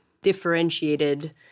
differentiated